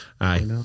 Aye